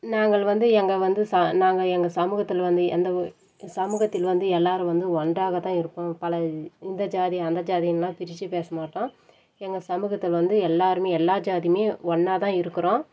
நாங்கள் வந்து எங்கே வந்து சா நாங்கள் எங்கள் சமூகத்தில் வந்து எந்த ஒரு சமூகத்தில் வந்து எல்லாரும் வந்து ஒன்றாக தான் இருப்போம் பல இந்த ஜாதி அந்த ஜாதின்னுலாம் பிரிச்சு பேச மாட்டோம் எங்கள் சமூகத்தில் வந்து எல்லாருமே எல்லா ஜாதியுமே ஒன்னாகதான் இருக்கிறோம்